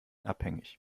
abhängig